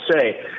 say